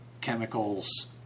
chemicals